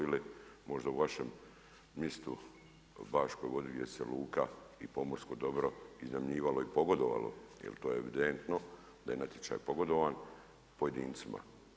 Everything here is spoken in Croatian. Ili možda u vašem mistu Baškoj Vodi gdje se luka i pomorsko dobro iznajmljivalo i pogodovalo jer to je evidentno da je natječaj pogodovan pojedincima.